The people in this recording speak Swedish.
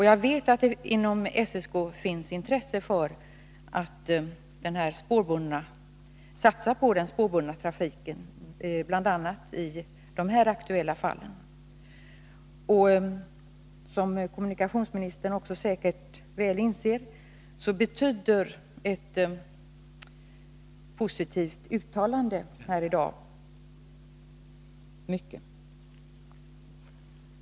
Jag vet att det inom SSK finns intresse för att satsa på den spårbundna trafiken, bl.a. i de här aktuella fallen. Som kommunikationsministern säkert väl inser, betyder ett positivt uttalande här i dag mycket.